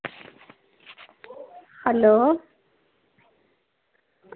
hello